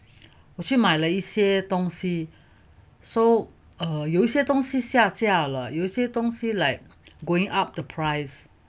我去买了一些东西 so err 有些东西下架了有些东西 like going up the price